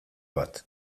bat